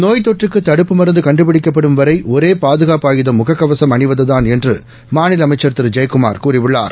நோய் தொற்றுக்கு தடுப்பு மருந்து கண்டுபிடிக்கப்படும் வரை ஒரே பாதுகாப்பு ஆயுதம் முக கவசம் அணிவதுதான் என்று மாநில அமைச்சர் திரு ஜெயக்குமார் கூறியுள்ளார்